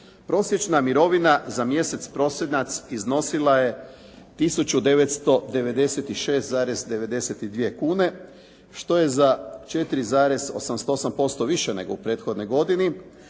Prosječna mirovina za mjesec prosinac iznosila je 1996,92 kune što je za 4,88% više nego u prethodnoj godini,